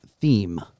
theme